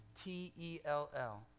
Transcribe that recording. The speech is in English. T-E-L-L